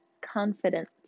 confidence